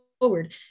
forward